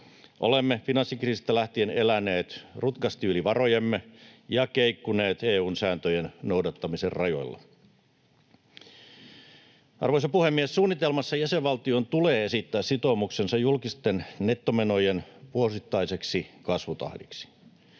Olemme finanssikriisistä lähtien eläneet rutkasti yli varojemme ja keikkuneet EU:n sääntöjen noudattamisen rajoilla. Arvoisa puhemies! Suunnitelmassa jäsenvaltion tulee esittää sitoumuksensa julkisten nettomenojen vuosittaiseksi kasvutahdiksi.